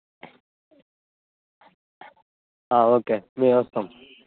okay మేము వస్తాము